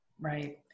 Right